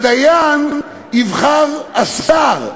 בדיין יבחר השר.